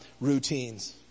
routines